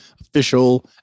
official